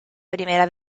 primera